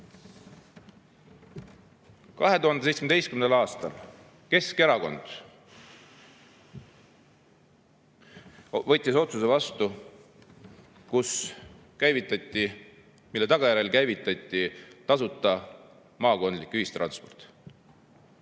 2017. aastal võttis Keskerakond vastu otsuse, mille tagajärjel käivitati tasuta maakondlik ühistransport.